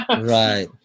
Right